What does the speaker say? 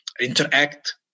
interact